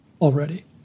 already